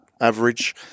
average